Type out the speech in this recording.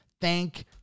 Thank